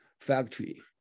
factory